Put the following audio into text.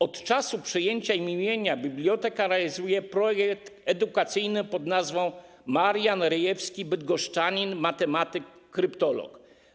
Od czasu przyjęcia imienia biblioteka realizuje projekt edukacyjny pod nazwą: Marian Rejewski - bydgoszczanin, matematyk, kryptolog.